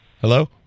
Hello